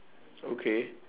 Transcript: okay